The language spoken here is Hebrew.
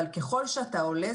אבל ככל שאתה עולה,